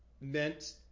meant